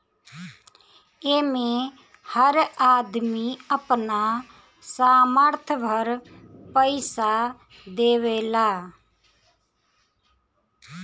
एमे हर आदमी अपना सामर्थ भर पईसा देवेला